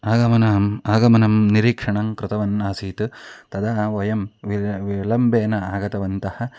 आगमनम् आगमनस्य निरीक्षणं कृतवान् आसीत् तदा वयं विला विलम्बेन आगतवन्तः